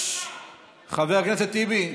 חבר הכנסת טיבי,